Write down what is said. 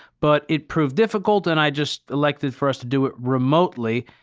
but it proved difficult, and i just elected for us to do it remotely.